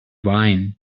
wine